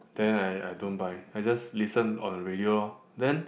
then I I don't buy I just listen on radio then